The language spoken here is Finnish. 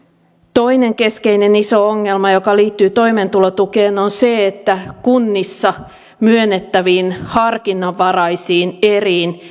toinen keskeinen iso ongelma joka liittyy toimeentulotukeen on se että kunnissa myönnettäviin harkinnanvaraisiin eriin